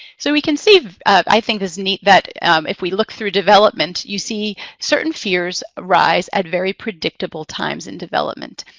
so we can see i think it's neat that if we look through development, you see certain fears rise at very predictable times in development.